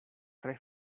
tre